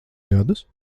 gadus